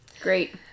Great